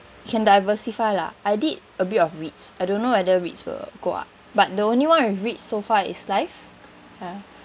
can diversify lah I did a bit of REITs I don't know whether REITs will go up but the only [one] with REITs so far is SYFE ya